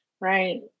Right